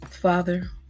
Father